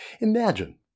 Imagine